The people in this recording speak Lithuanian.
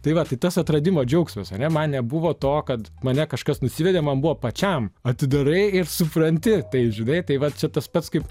tai va tai tas atradimo džiaugsmas ar ne man nebuvo to kad mane kažkas nusivedė man buvo pačiam atidarai ir supranti tai žinai tai vat čia tas pats kaip